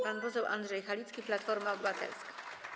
Pan poseł Andrzej Halicki, Platforma Obywatelska.